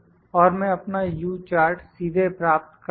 और मैं अपना U चार्ट सीधे प्राप्त कर लूँगा